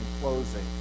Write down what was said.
closing